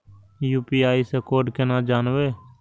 UPI से code केना जानवै?